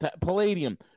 palladium